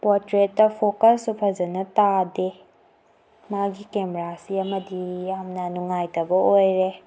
ꯄꯣꯇ꯭ꯔꯦꯠꯇ ꯐꯣꯀꯁꯁꯨ ꯐꯖꯅ ꯇꯥꯗꯦ ꯃꯥꯒꯤ ꯀꯦꯃꯦꯔꯥꯁꯤ ꯑꯃꯗꯤ ꯌꯥꯝꯅ ꯅꯨꯡꯉꯥꯏꯇꯕ ꯑꯣꯏꯔꯦ